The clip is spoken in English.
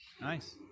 Nice